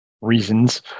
reasons